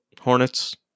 Hornets